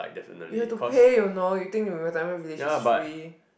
you have to pay you know you think your retirement village is free